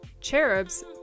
Cherubs